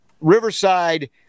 Riverside